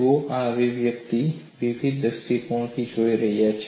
જુઓ આ અભિવ્યક્તિને વિવિધ દ્રષ્ટિકોણથી જોઈ શકાય છે